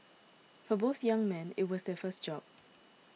for both young men it was their first job